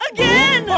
Again